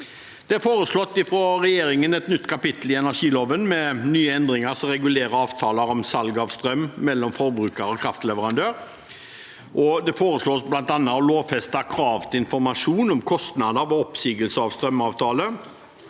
har foreslått et nytt kapittel i energiloven, med nye endringer som regulerer avtaler om salg av strøm mellom forbruker og kraftleverandør. Det foreslås bl.a. å lovfeste krav til informasjon om kostnader ved oppsigelse av strømavtale,